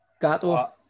Gato